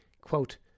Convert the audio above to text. Quote